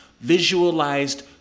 visualized